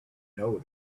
know